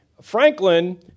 Franklin